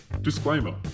Disclaimer